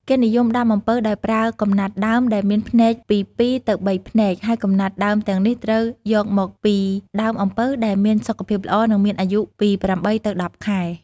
គេនិយមដាំអំពៅដោយប្រើ កំណាត់ដើម ដែលមានភ្នែក ពី ២ ទៅ ៣ ភ្នែក ហើយកំណាត់ដើមទាំងនេះត្រូវយកមកពីដើមអំពៅដែលមានសុខភាពល្អ និងមានអាយុពី ៨ ទៅ ១០ ខែ។